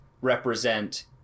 represent